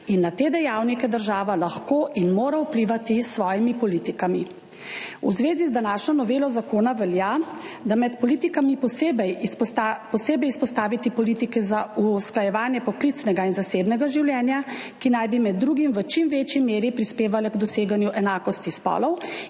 in na te dejavnike država lahko in mora vplivati s svojimi politikami. V zvezi z današnjo novelo zakona velja med politikami posebej izpostaviti politike za usklajevanje poklicnega in zasebnega življenja, ki naj bi med drugim v čim večji meri prispevale k doseganju enakosti spolov